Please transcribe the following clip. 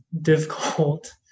difficult